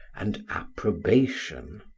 and approbation.